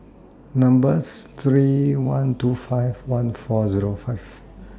number's three one two five one four Zero five